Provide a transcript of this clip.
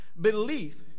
belief